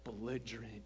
belligerent